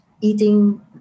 eating